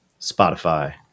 Spotify